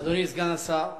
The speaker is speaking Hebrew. אדוני סגן השר,